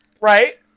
right